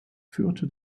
führte